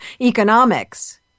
economics